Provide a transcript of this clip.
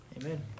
Amen